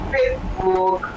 Facebook